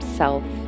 self